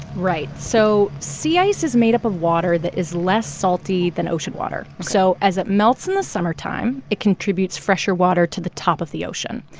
right. so sea ice is made up of water that is less salty than ocean water ok so as it melts in the summertime, it contributes fresher water to the top of the ocean.